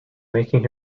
making